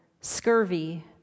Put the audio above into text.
scurvy